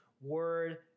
word